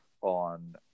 on